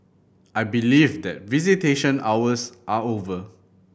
I believe that visitation hours are over